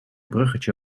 bruggetje